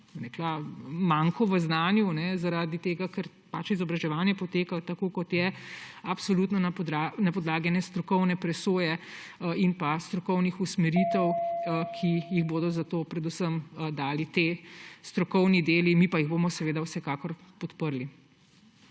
manko v znanju zaradi tega, ker pač izobraževanje poteka tako, kot poteka. Absolutno na podlagi ene strokovne presoje in strokovnih usmeritev, ki jih bodo za to dali ti strokovni deli, mi pa jih bomo seveda vsekakor podprli.